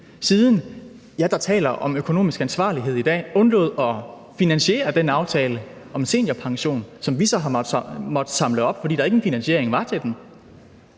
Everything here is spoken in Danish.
siden – I, der taler om økonomisk ansvarlighed i dag – undlod at finansiere den aftale om seniorpension, som vi så har måttet samle op, fordi der ingen finansiering var til den.